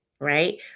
Right